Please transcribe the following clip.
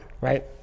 right